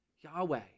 Yahweh